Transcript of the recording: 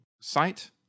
site